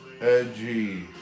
Edgy